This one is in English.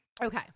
Okay